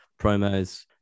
promos